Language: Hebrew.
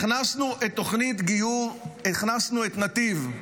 הכנסנו את תוכנית הגיור, הכנסנו את נתיב,